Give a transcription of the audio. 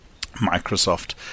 Microsoft